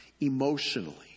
emotionally